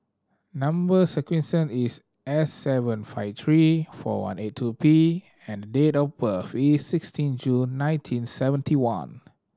number sequence is S seven five three four one eight two P and date of birth is sixteen June nineteen seventy one